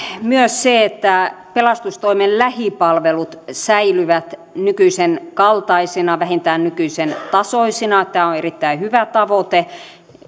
myös se että pelastustoimen lähipalvelut säilyvät nykyisen kaltaisina vähintään nykyisen tasoisina tämä on erittäin hyvä tavoite